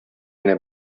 генә